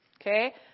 Okay